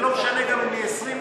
זה לא משנה גם אם היא 20,000,